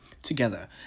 Together